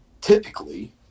typically